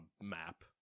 map